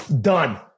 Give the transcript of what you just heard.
Done